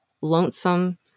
lonesome